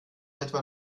etwa